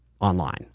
online